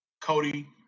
Cody